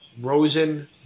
Rosen